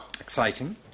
exciting